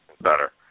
better